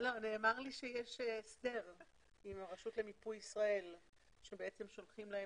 נאמר לי שיש הסדר עם הרשות למיפוי ישראל שבעצם שולחים להם.